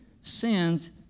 sins